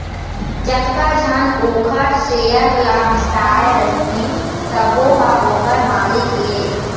जतका झन ओखर सेयर ल बिसाए रहिथे सबो ह ओखर मालिक ये